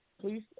please